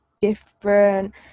different